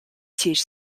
teach